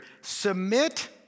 Submit